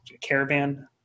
caravan